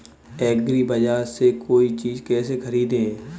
एग्रीबाजार से कोई चीज केसे खरीदें?